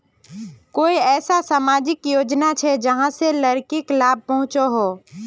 कोई ऐसा सामाजिक योजना छे जाहां से लड़किक लाभ पहुँचो हो?